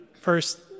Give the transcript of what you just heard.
first